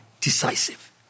decisive